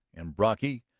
and brocky,